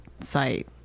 site